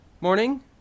Morning